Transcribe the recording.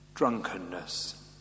Drunkenness